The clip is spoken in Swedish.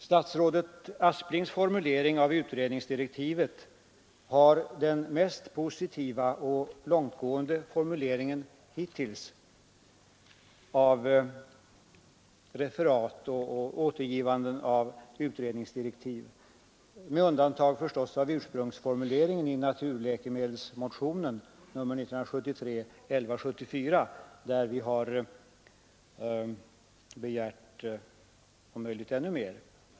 Statsrådet Asplings formulering av utredningsdirektiven är den mest positiva och långtgående formuleringen hittills när det gäller referat och återgivanden av utredningsdirektiv, med undantag förstås för ursprungsformuleringen i naturläkemedelsmotionen 1973:1174, där vi har begärt om möjligt ännu mer.